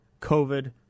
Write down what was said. COVID